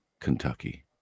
Kentucky